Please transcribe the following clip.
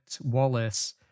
wallace